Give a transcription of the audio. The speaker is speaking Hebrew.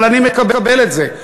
אבל אני מקבל את זה.